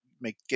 make